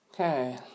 Okay